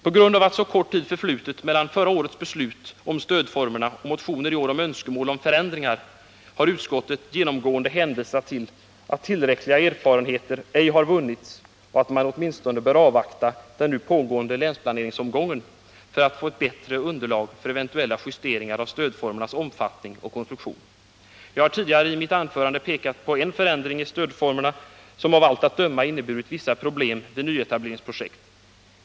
På grund av att så kort tid förflutit mellan förra årets beslut om stödformerna och motioner i år med önskemål om förändringar, har utskottet genomgående hänvisat till att tillräckliga erfarenheter ej har vunnits och att man åtminstone bör avvakta den nu pågående länsplaneringsomgången för att få ett bättre underlag för eventuella justeringar av stödformernas omfattning och konstruktion. Jag har tidigare i mitt anförande pekat på en förändring i stödformerna som av allt att döma inneburit vissa problem vid nyetableringsprojekt.